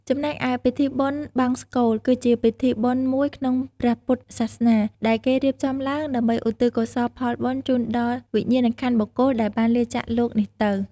ចំណែកឯពិធីបុណ្យបង្សុកូល គឺជាពិធីបុណ្យមួយក្នុងព្រះពុទ្ធសាសនា ដែលគេរៀបចំឡើងដើម្បីឧទ្ទិសកុសលផលបុណ្យជូនដល់វិញ្ញាណក្ខន្ធបុគ្គលដែលបានលាចាកលោកនេះទៅ។